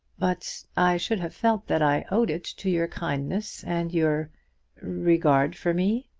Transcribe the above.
but i should have felt that i owed it to your kindness and your regard for me.